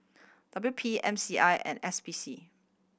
W P M C I and S P C